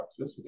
toxicity